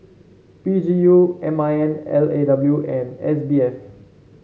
P G U M I N L A W and S B F